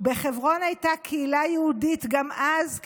בחברון הייתה קהילה יהודית גם אז,